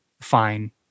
fine